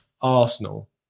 Arsenal